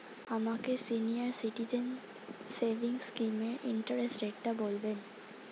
আমাকে senior citizen savings স্কিমের interest রেটটা বলবেন